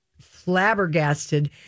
flabbergasted